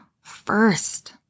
first